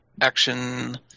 action